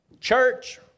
church